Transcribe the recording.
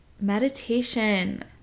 meditation